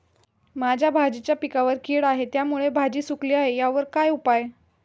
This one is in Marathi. माझ्या भाजीच्या पिकावर कीड आहे त्यामुळे भाजी सुकली आहे यावर काय उपाय?